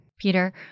Peter